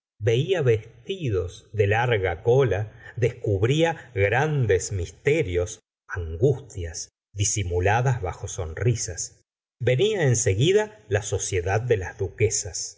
vele vestidos de larga cola descubría grandes mister os angustias disimuladas bajo sonrisas venía en seguida la sociedad de las duquesas